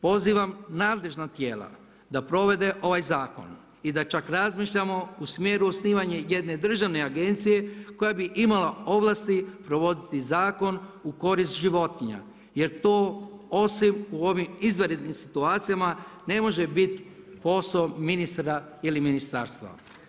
Pozivam nadležna tijela da provedu ovaj zakon i da čak razmišljamo u smjeru osnivanja jedne državne agencije koja bi imala ovlasti provoditi zakon u korist životinja jer to osim u ovim izvanrednim situacijama ne može biti posao ministra ili ministarstva.